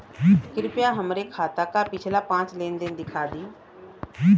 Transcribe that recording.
कृपया हमरे खाता क पिछला पांच लेन देन दिखा दी